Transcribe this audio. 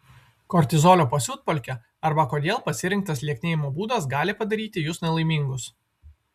kortizolio pasiutpolkė arba kodėl pasirinktas lieknėjimo būdas gali padaryti jus nelaimingus